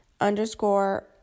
underscore